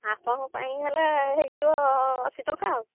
ଆପଣଙ୍କ ପାଇଁ ହେଲା ହୋଇଯିବ ଅଶୀ ଟଙ୍କା ଆଉ